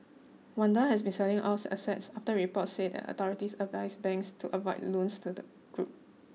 Wanda has been selling off assets after reports said the authorities advised banks to avoid loans to the group